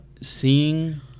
seeing